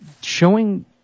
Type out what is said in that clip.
showing